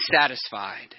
satisfied